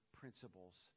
principles